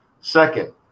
second